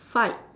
fight